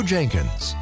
Jenkins